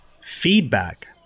Feedback